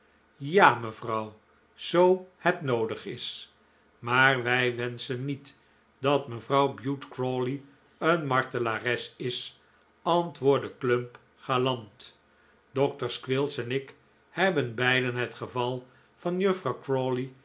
ja mevrouw zoo het noodig is maar wij wenschen niet dat mevrouw bute crawley een martelares is antwoordde clump galant dokter squills en ik hebben beiden het geval van juffrouw